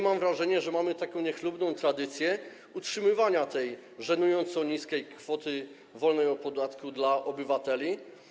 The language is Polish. Mam wrażenie, że mamy taką niechlubną tradycję utrzymywania tej żenująco niskiej kwoty wolnej od podatku dla obywateli.